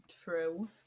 True